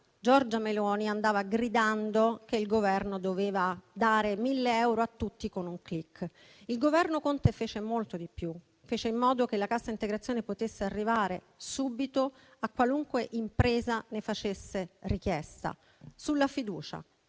Giorgia Meloni andava gridando che il Governo doveva dare 1.000 euro a tutti con un *click.* Il Governo Conte fece molto di più: fece in modo che la cassa integrazione potesse arrivare subito a qualunque impresa ne facesse richiesta, sulla fiducia.